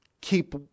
keep